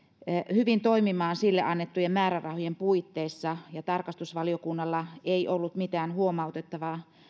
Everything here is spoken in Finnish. hyvin toimimaan sille annettujen määrärahojen puitteissa ja tarkastusvaliokunnalla ei ollut mitään huomautettavaa